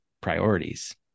priorities